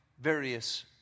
various